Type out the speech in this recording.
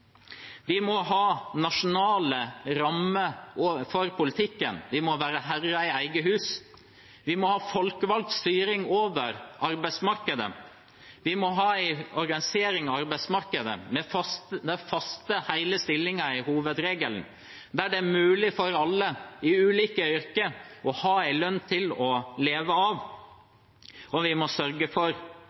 Vi må ha nasjonale rammer for politikken, vi må være herre i eget hus, vi må ha folkevalgt styring over arbeidsmarkedet, vi må ha en organisering av arbeidsmarkedet der faste hele stillinger er hovedregelen, der det er mulig for alle, i ulike yrker, å ha en lønn å leve av, og vi må sørge for